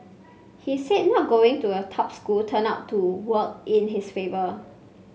he said not going to a top school turned out to work in his favour